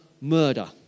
murder